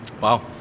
Wow